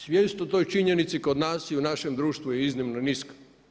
Svijest o toj činjenici kod nas i u našem društvu je iznimno niska.